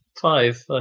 Five